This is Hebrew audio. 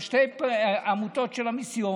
על שתי עמותות של המיסיון,